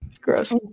Gross